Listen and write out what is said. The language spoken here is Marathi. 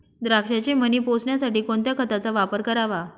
द्राक्षाचे मणी पोसण्यासाठी कोणत्या खताचा वापर करावा?